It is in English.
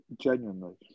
genuinely